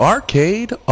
Arcade